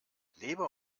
leber